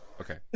Okay